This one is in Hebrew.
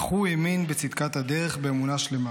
אך הוא האמין בצדקת הדרך באמונה שלמה